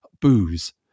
Booze